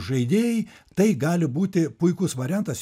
žaidėjai tai gali būti puikus variantas